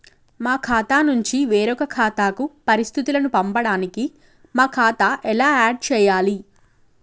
మా ఖాతా నుంచి వేరొక ఖాతాకు పరిస్థితులను పంపడానికి మా ఖాతా ఎలా ఆడ్ చేయాలి?